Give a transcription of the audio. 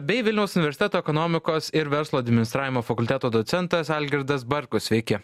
bei vilniaus universiteto ekonomikos ir verslo administravimo fakulteto docentas algirdas bartkus sveiki